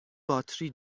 باتری